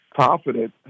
confident